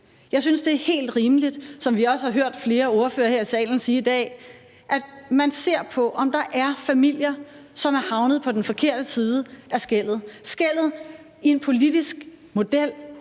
her i salen i dag, at man ser på, om der er familier, som er havnet på den forkerte side af skellet – skellet i en politisk model,